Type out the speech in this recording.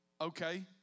Okay